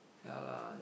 ya lah